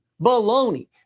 Baloney